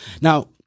Now